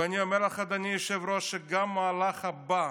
ואני אומר לך, אדוני היושב-ראש, שגם המהלך הבא,